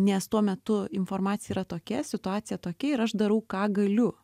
nes tuo metu informacija yra tokia situacija tokia ir aš darau ką galiu